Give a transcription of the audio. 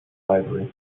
library